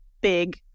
big